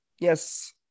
Yes